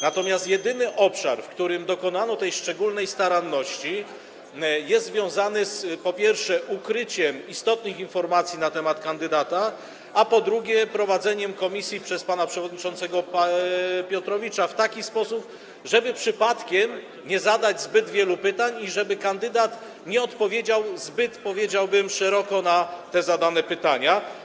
Natomiast jedyny obszar, w którym dochowano tej szczególnej staranności, jest związany, po pierwsze, z ukryciem istotnych informacji na temat kandydata, po drugie, z prowadzeniem komisji przez pana przewodniczącego Piotrowicza w taki sposób, żeby przypadkiem nie zadać zbyt wielu pytań i żeby kandydat nie odpowiedział zbyt, powiedziałbym, szeroko na te zadane pytania.